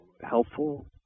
helpful